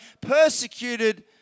persecuted